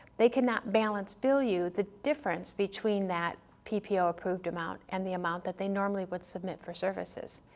they cannot balance bill you the difference between that ppo approved amount and the amount that they normally would submit for services.